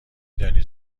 دانید